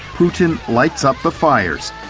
putin lights up the fires.